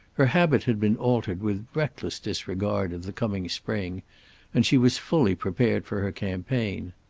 her habit had been altered with reckless disregard of the coming spring and she was fully prepared for her campaign.